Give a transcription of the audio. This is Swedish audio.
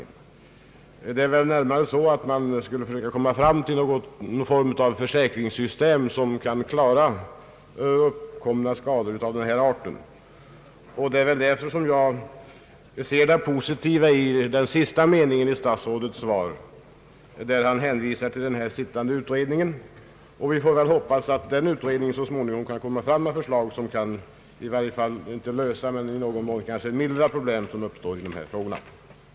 Min tanke är närmast att man borde försöka komma fram till ett försäkringssystem som kan klara uppkomna skador av denna art, och det är därför jag ser det positiva i den sista meningen i statsrådets svar där han hänvisar till den sittande utredningen. Vi får hoppas att den utredningen så småningom kommer med förslag som i någon mån kan mildra de problem vilka uppstår i samband med dessa skador.